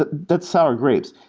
but that's sour grapes.